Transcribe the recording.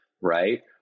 right